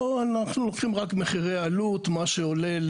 כמו ששמענו,